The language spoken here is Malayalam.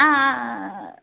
ആ ആ ആ